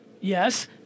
Yes